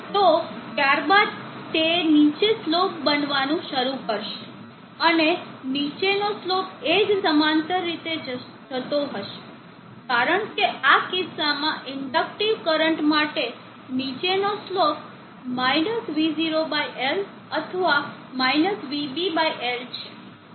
તો ત્યારબાદ તે નીચે સ્લોપ બનવાનું શરૂ કરશે અને નીચેનો સ્લોપ એ જ સમાંતર રીતે જતો હશે કારણ કે આ કિસ્સામાં ઇન્ડક્ટીવ કરંટ માટે નીચેનો સ્લોપ -v0 બાય L અથવા vB બાય L છે